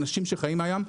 אנשים שחיים מן הים,